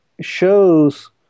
shows